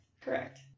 Correct